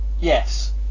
Yes